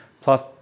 plus